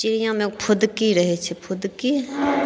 चिड़ियाँमे फुदकी रहैत छै फुदकी